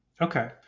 Okay